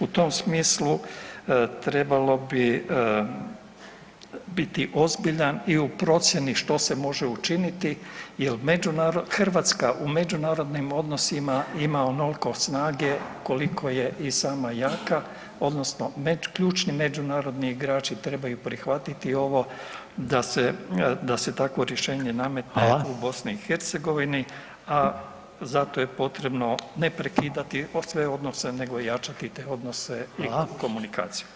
U tom smislu trebalo bi biti ozbiljan i u procjeni što se može učiniti, jer Hrvatska u međunarodnim odnosima ima onoliko snage koliko je i sama jaka odnosno ključni međunarodni igrači trebaju prihvatiti ovo da se takvo rješenje nametne u Bosni i Hercegovini, a za to je potrebno ne prekidati sve odnose nego jačati te odnose i komunikaciju.